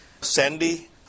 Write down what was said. Sandy